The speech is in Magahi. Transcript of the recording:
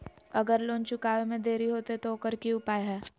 अगर लोन चुकावे में देरी होते तो ओकर की उपाय है?